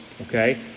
Okay